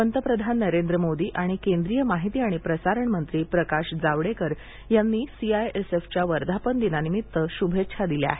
पंतप्रधान नरेंद्र मोदी आणि केंद्रीय माहिती आणि प्रसारण मंत्री प्रकाश जावडेकर यांनी सीआयएसएफच्या वर्धापन दिनानिमित्त शुभेच्छा दिल्या आहेत